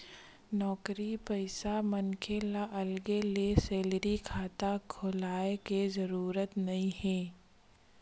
नउकरी पइसा मनखे ल अलगे ले सेलरी खाता खोलाय के जरूरत नइ हे